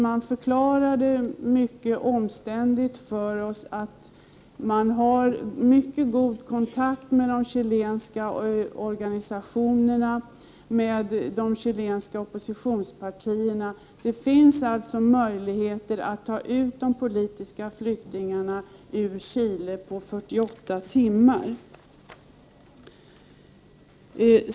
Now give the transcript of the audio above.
Man förklarade mycket omständligt för oss att man hade mycket god kontakt med de chilenska organisationerna och oppositionspartierna. Det finns alltså möjligheter att ta ut de politiska flyktingarna ur Chile på 48 timmar.